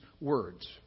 words